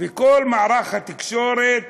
וכל מערך התקשורת